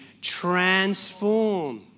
Transform